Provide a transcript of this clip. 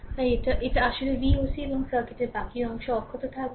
তাই এটা সুতরাং এটি আসলে Voc এবং সার্কিটের বাকী অংশ অক্ষত থাকবে